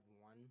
one